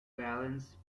balance